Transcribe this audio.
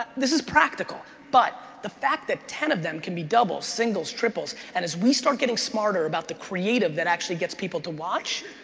this is practical, but the fact that ten of them can be double, singles, triples, and as we start getting smarter about the creative that actually gets people to watch,